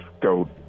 go